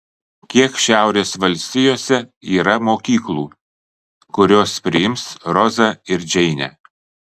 kiek šiaurės valstijose yra mokyklų kurios priims rozą ir džeinę